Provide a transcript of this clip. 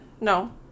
No